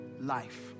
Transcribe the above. life